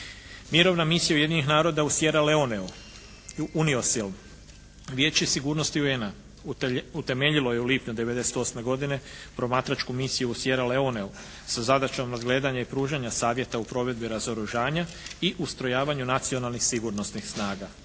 Mirovna misija Ujedinjenih naroda u Sjeraleoneju, UNIOSIL. Vijeće sigurnosti UN-a utemeljilo je u lipnju 98. godine promatračku misiju u Sjeraleoneju sa zadaćom nadgledanja i pružanja savjeta u provedbi razoružanja i ustrojavanju nacionalnih sigurnosnih snaga.